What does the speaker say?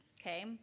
okay